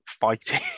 fighting